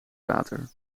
water